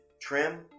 trim